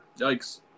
Yikes